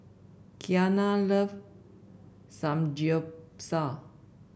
Kiana love Samgyeopsal